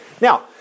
Now